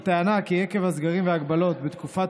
הטענה כי עקב הסגרים וההגבלות בתקופת